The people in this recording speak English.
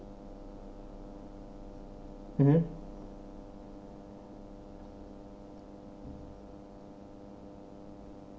mmhmm